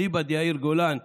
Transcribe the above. אליבא דיאיר גולן,